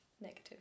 negative